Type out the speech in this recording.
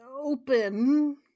open